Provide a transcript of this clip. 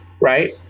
Right